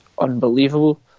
Unbelievable